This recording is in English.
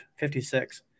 56